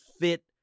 fit